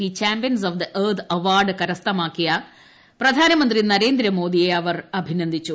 P champions of the earth award സ്വന്തമാക്കിയ പ്രധാനമന്ത്രി നരേന്ദ്രമോദിയെ അവർ അഭിനന്ദിച്ചു